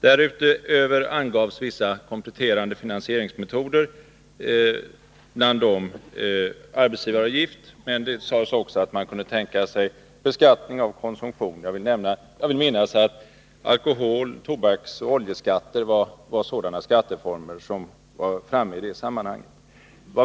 Därutöver angavs vissa kompletterande finansieringsmetoder, bland dem arbetsgivaravgift. Det sades också att man kunde tänka sig beskattning av konsumtion. Jag vill minnas att alkohol-, tobaksoch oljeskatterna var skatteformer som nämndes i det sammanhanget.